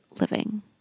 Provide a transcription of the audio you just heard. living